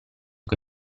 che